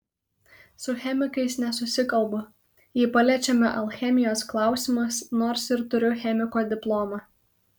su chemikais nesusikalbu jei paliečiame alchemijos klausimus nors ir turiu chemiko diplomą